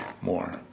more